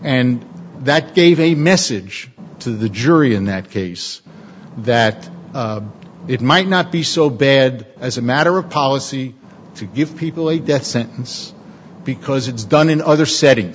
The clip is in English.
and that gave a message to the jury in that case that it might not be so bad as a matter of policy to give people a death sentence because it's done in other setting